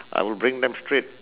I will bring them straight